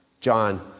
John